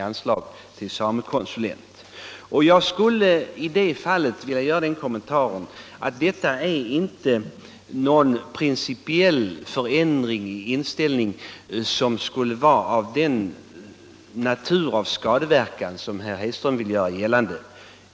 i anslag till konsulentverksamhet vid SSR. Jag vill göra den kommentaren att detta inte är någon principiell förändring i inställningen med skadeverkningar av det slag som herr Hedström talade om.